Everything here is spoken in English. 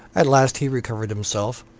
at last he recovered himself,